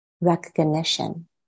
recognition